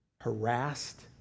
harassed